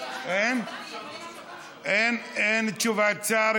אין תשובת שר.